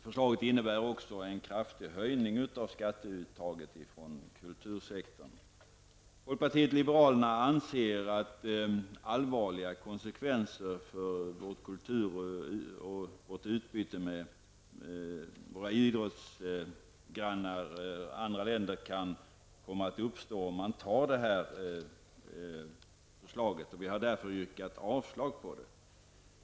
Förslaget innebär också en kraftig höjning av skatteuttaget från kultursektorn. Folkpartiet liberalerna anser att allvarliga konsekvenser för vår kultur och vårt utbyte med idrottsgrannar i andra länder kan komma att uppstå om detta förslag godkänns. Vi har därför yrkat avslag på förslaget.